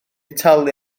talu